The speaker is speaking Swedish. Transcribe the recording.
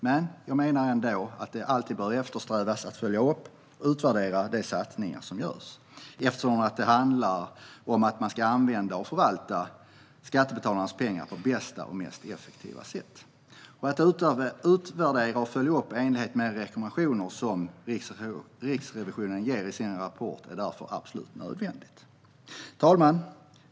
Men jag menar ändå att man alltid bör eftersträva att följa upp och utvärdera de satsningar som görs, eftersom det handlar om att man ska använda och förvalta skattebetalarnas pengar på bästa och mest effektiva sätt. Att utvärdera och följa upp i enlighet med de rekommendationer som Riksrevisionen ger i sin rapport är därför absolut nödvändigt. Fru talman!